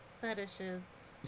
fetishes